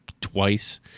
twice